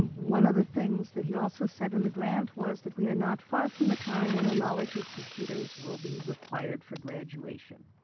one of the things that he also said in the grant was that we are not far from the time when a knowledge of computers will be required for graduation,